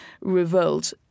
revolt